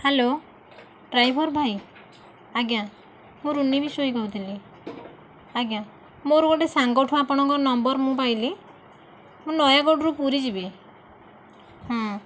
hello driver ଭାଇ ଆଜ୍ଞା ମୁଁ ରୁନି ବିଶୋଇ କହୁଥିଲି ଆଜ୍ଞା ମୋର ଗୋଟିଏ ସାଙ୍ଗଠୁ ଆପଣଙ୍କ ନମ୍ବର ମୁଁ ପାଇଲି ମୁଁ ନୟାଗଡ଼ରୁ ପୁରୀ ଯିବି ହୁଁ